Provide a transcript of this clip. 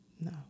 No